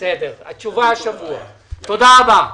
תודה רבה.